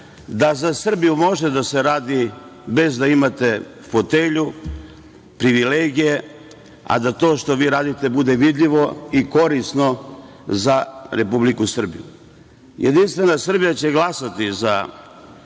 da za Srbiju može da se radi bez da imate fotelju, privilegije, a da to što vi radite bude vidljivo i korisno za Republiku Srbiju. Jedinstvena Srbija će glasati za